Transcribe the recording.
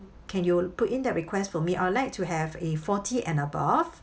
can you put in that request for me I would like to have a forty and above